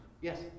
Yes